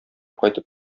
кайтып